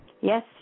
Yes